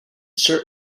showed